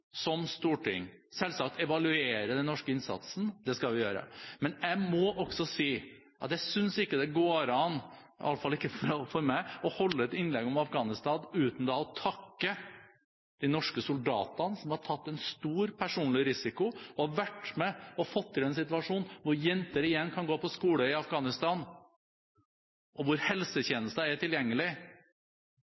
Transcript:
som storting må nå selvsagt evaluere den norske innsatsen. Det skal vi gjøre. Men jeg må også si at jeg ikke synes det går an – i alle fall ikke for meg – å holde et innlegg om Afghanistan uten å takke de norske soldatene som har tatt en stor personlig risiko, vært med og fått til en situasjon hvor jenter igjen kan gå på skole i Afghanistan, og hvor helsetjenester er tilgjengelig.